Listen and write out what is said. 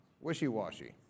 Wishy-washy